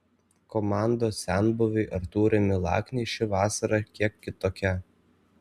komandos senbuviui artūrui milakniui ši vasara kiek kitokia